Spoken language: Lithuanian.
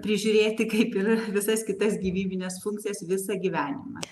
prižiūrėti kaip ir visas kitas gyvybines funkcijas visą gyvenimą